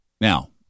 Now